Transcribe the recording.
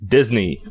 Disney